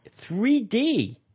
3D